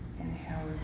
Inhale